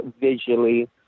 visually